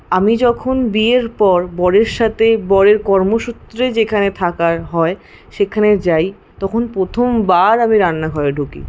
আমি যখন বিয়ের পর বরের সাথে বরের কর্মসূত্রে যেখানে থাকার হয় সেখানে যাই তখন প্রথমবার আমি রান্নাঘরে ঢুকি